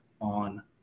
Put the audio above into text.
on